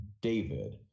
David